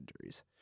injuries